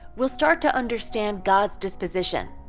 we'll start to understand god's disposition.